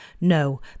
No